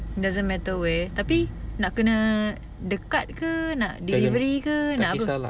doesn't matter where tapi nak kena dekat ke nak delivery ke nak apa